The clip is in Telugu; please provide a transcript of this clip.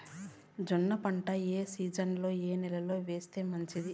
జొన్న పంట ఏ సీజన్లో, ఏ నెల లో వేస్తే మంచిది?